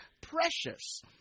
precious